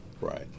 right